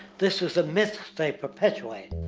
this is the mist they perpetuade.